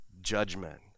judgment